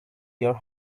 your